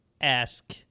ask